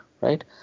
right